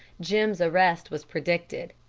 jim's arrest was predicted.